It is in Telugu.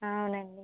అవును అండి